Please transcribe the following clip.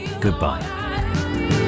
goodbye